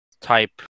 type